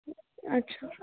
अच्छा